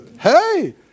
Hey